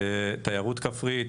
תיירות כפרית,